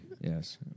Yes